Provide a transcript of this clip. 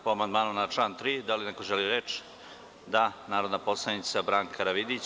Po amandmanu na član 3. da li neko želi reč? (Da) Reč ima narodna poslanica Branka Karavidić.